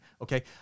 Okay